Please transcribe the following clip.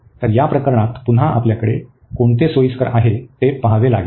तर या प्रकरणात पुन्हा आपल्याला कोणते सोयीस्कर आहे हे पहावे लागेल